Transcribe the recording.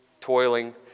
toiling